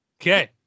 Okay